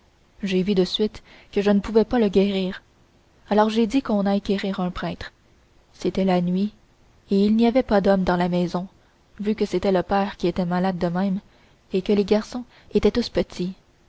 j'ai vu de suite que je ne pouvais pas le guérir alors j'ai dit qu'on aille quérir un prêtre c'était la nuit et il n'y avait pas d'hommes dans la maison vu que c'était le père qui était malade de même et que les garçons étaient tous petits